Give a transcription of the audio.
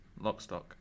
Lockstock